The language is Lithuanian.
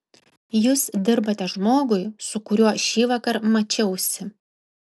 jūs dirbate žmogui su kuriuo šįvakar mačiausi